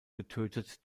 getötet